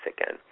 again